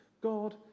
God